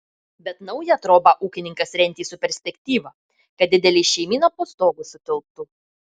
bet naują trobą ūkininkas rentė su perspektyva kad didelė šeimyna po stogu sutilptų